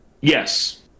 Yes